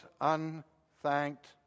unthanked